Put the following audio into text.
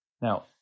Now